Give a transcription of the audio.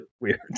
weird